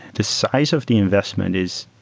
the size of the investment is.